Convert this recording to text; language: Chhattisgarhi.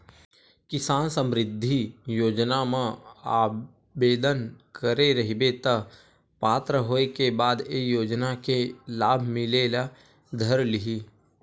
किसान समरिद्धि योजना म आबेदन करे रहिबे त पात्र होए के बाद ए योजना के लाभ मिले ल धर लिही